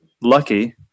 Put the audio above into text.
lucky